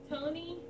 Tony